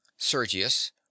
Sergius